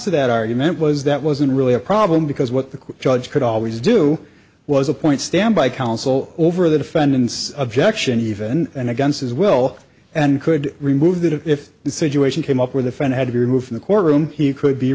to that argument was that wasn't really a problem because what the judge could always do was appoint standby counsel over the defendant's objection even and against his will and could remove that if the situation came up with a friend had to be removed from the courtroom he could be